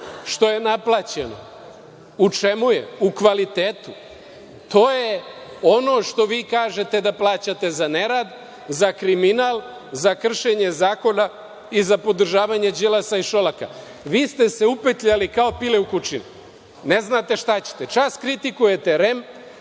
što je naplaćeno, u čemu je? U kvalitetu. To je ono što vi kažete da plaćate za nerad, za kriminal, za kršenje zakona i za podržavanje Đilasa i Šolaka. Vi ste se upetljali kao pile u kučinu, ne znate šta ćete. Čas kritikujete REM,